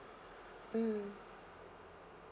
mm